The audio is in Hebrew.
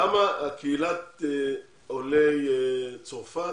למה קהילת עולי צרפת,